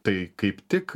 tai kaip tik